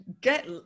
get